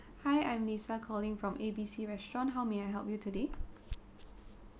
hi I'm lisa calling from A B C restaurant how may I help you today